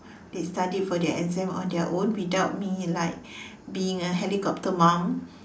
they study for their exam on their own without me like being a helicopter mom